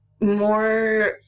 more